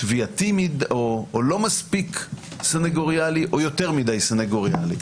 מספיק סנגוריאלי או יותר מדי סנגוריאלי.